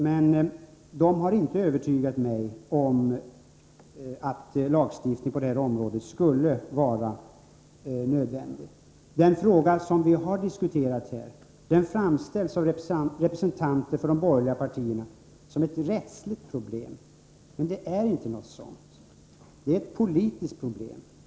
Men de har inte övertygat mig om att lagstiftning på det här området skulle vara nödvändig. Den fråga vi här har diskuterat framställs av representanter för de borgerliga partierna som ett rättsligt problem, men det är inte något sådant — det är ett politiskt problem.